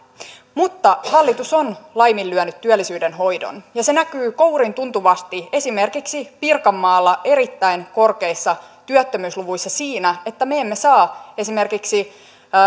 mutta hallitus on laiminlyönyt työllisyyden hoidon ja se näkyy kouriintuntuvasti esimerkiksi pirkanmaalla erittäin korkeissa työttömyysluvuissa siinä että me emme saa esimerkiksi